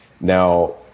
now